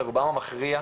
לרובם המכריע,